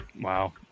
Wow